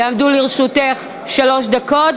יעמדו לרשותך שלוש דקות.